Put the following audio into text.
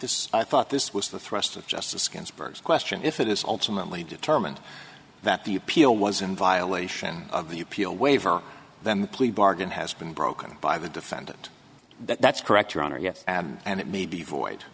this i thought this was the thrust of justice ginsburg's question if it is ultimately determined that the appeal was in violation of the appeal waiver then the plea bargain has been broken by the defendant that's correct your honor yes and it may be void